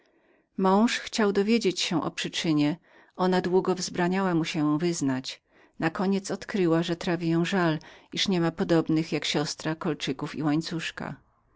mąż chciał dowiedzieć się o przyczynie ona długo wzbraniała się mu ją wyznać nakoniec odkryła mu że trawił ją żal że niemiała podobnych jak siostra kólczyków i łańcuszka